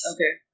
Okay